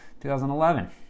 2011